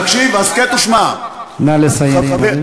תקשיב, הסכת ושמע, נא לסיים.